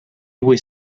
hui